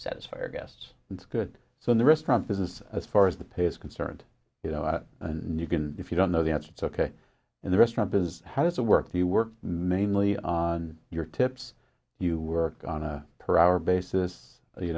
satisfy your guests that's good so in the restaurant business as far as the pay is concerned you know and you can if you don't know the answer it's ok in the restaurant business how does it work do you work mainly on your tips you work on a per hour basis you